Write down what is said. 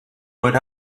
put